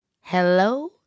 hello